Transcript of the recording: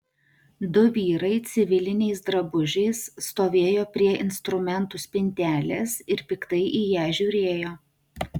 du vyrai civiliniais drabužiais stovėjo prie instrumentų spintelės ir piktai į ją žiūrėjo